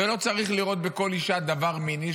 ולא צריך לראות בכל אישה דבר מיני,